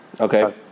Okay